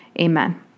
amen